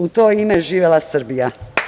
U to ime živela Srbija.